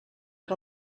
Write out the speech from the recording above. que